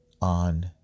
on